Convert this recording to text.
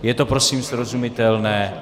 Je to prosím srozumitelné?